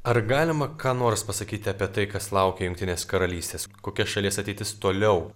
ar galima ką nors pasakyti apie tai kas laukia jungtinės karalystės kokia šalies ateitis toliau